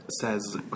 says